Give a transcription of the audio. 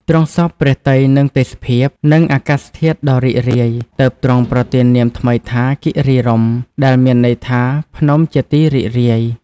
ទ្រង់សព្វព្រះទ័យនឹងទេសភាព និងអាកាសធាតុដ៏រីករាយ ទើបទ្រង់ប្រទាននាមថ្មីថា "គិរីរម្យ" ដែលមានន័យថា "ភ្នំជាទីរីករាយ"។